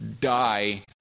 die